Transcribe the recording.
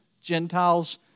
Gentiles